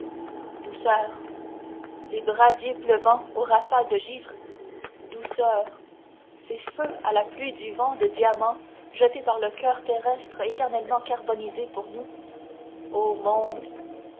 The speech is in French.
douceurs les brasiers pleuvant aux rafales de givre douceurs ces feux à la pluie du vent de diamants jetée par le coeur terrestre éternellement carbonisé pour nous o monde